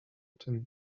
tym